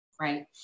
Right